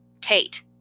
Tate